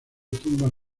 tumbas